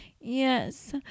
Yes